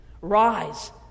rise